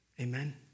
Amen